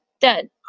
done